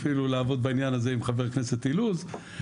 אפילו לעבוד בעניין הזה עם חבר כנסת אילוז.